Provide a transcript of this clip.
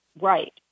right